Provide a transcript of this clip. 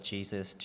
Jesus